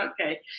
Okay